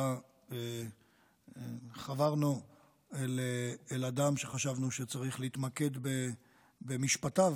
חברנו לאדם שחשבנו שצריך להתמקד במשפטיו